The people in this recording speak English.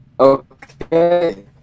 Okay